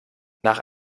nach